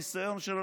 הניסיון שלו.